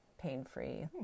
pain-free